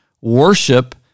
worship